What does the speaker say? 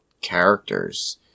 characters